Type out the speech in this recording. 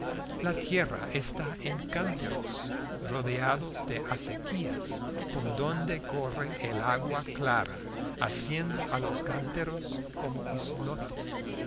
la tierra está en canteros rodeados de acequias por donde corre el agua clara haciendo a los canteros como islotes